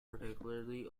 particularly